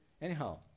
Anyhow